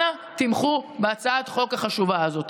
אנא, תמכו בהצעת החוק החשובה הזאת.